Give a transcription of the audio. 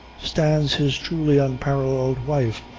stands his truly unparalleled wife,